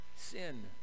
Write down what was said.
Sin